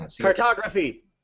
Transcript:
Cartography